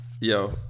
Yo